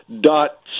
dot